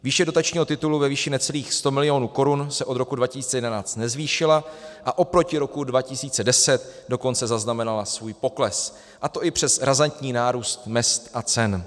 Výše dotačního titulu ve výši necelých 100 milionů korun se od roku 2011 nezvýšila, a oproti roku 2010 dokonce zaznamenala svůj pokles, a to i přes razantní nárůst mezd a cen.